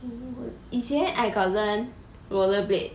oo 以前 I got learn roller blade